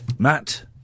Matt